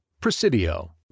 Presidio